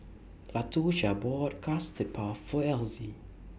Latosha bought Custard Puff For Elzie